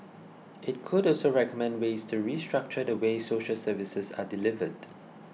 it could also recommend ways to restructure the way social services are delivered